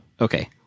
okay